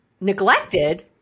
Neglected